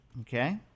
Okay